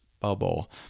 bubble